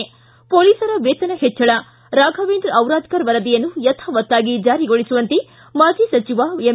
್ತು ಪೊಲೀಸರ ವೇತನ ಹೆಚ್ಚಳ ರಾಘವೇಂದ್ರ ಡಿರಾದ್ಧರ್ ವರದಿಯನ್ನು ಯಥಾವತ್ತಾಗಿ ಜಾರಿಗೊಳಿಸುವಂತೆ ಮಾಜಿ ಸಚಿವ ಎಂ